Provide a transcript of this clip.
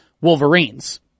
Wolverines